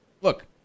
look